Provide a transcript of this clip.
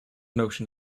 notion